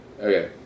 okay